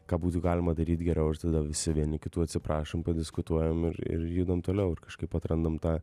ką būtų galima daryt geriau ir tada visi vieni kitų atsiprašoe padiskutuojam ir ir judam toliau ir kažkaip atrandam tą